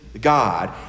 God